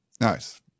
nice